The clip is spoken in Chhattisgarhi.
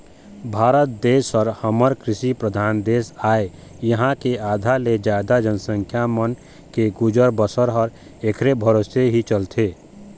भारत देश ह हमर कृषि परधान देश आय इहाँ के आधा ले जादा जनसंख्या मन के गुजर बसर ह ऐखरे भरोसा ही चलथे